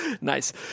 Nice